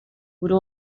would